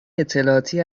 اطلاعاتی